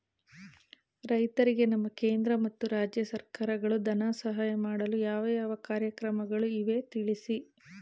ರೈತರಿಗೆ ನಮ್ಮ ಕೇಂದ್ರ ಮತ್ತು ರಾಜ್ಯ ಸರ್ಕಾರಗಳು ಧನ ಸಹಾಯ ಮಾಡಲು ಯಾವ ಯಾವ ಕಾರ್ಯಕ್ರಮಗಳು ಇವೆ ತಿಳಿಸಿ?